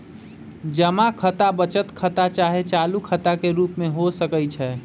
जमा खता बचत खता चाहे चालू खता के रूप में हो सकइ छै